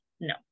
No